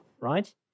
right